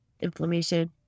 inflammation